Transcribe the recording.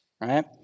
right